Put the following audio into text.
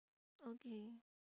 okay